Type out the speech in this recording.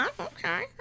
okay